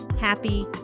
happy